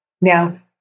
Now